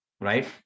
right